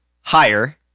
higher